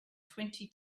twenty